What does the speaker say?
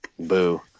Boo